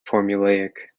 formulaic